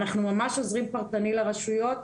אנחנו ממש עוזרים פרטני לרשויות,